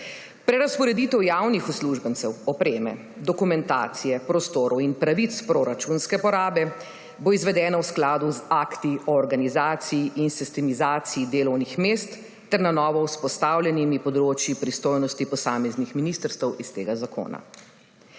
Prerazporeditev javnih uslužbencev, opreme, dokumentacije, prostorov in pravic proračunske porabe bo izvedeno v skladu z akti o organizaciji in sistemizaciji delovnih mest ter na novo vzpostavljenimi področji pristojnosti posameznih ministrstev iz tega zakona.